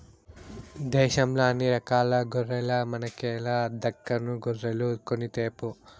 దేశంల అన్ని రకాల గొర్రెల మనకేల దక్కను గొర్రెలు కొనితేపో